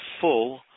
full